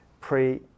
pre